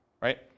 right